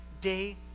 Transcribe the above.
day